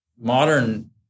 modern